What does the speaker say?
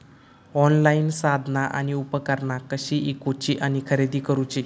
Online साधना आणि उपकरणा कशी ईकूची आणि खरेदी करुची?